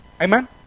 Amen